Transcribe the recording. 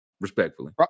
respectfully